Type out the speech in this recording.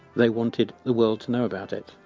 they wanted the world to know about it.